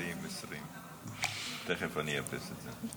לא, לא, 20, 20. תכף אני אאפס את זה.